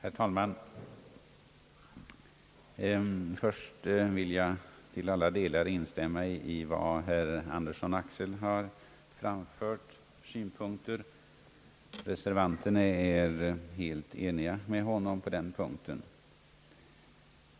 Herr talman! Först vill jag till alla delar instämma i de synpunkter som herr Axel Andersson här har framfört. Reservanterna är helt eniga med honom i den delen.